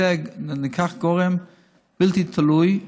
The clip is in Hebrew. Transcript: ניקח גורם בלתי תלוי,